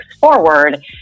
forward